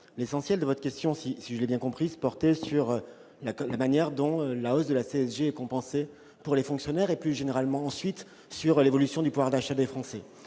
l'essentiel de votre question, si je l'ai bien comprise, portait sur la manière dont la hausse de la CSG est compensée pour les fonctionnaires, et plus généralement, ensuite, sur l'évolution du pouvoir d'achat des Français.